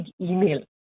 email